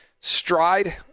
stride